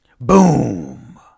Boom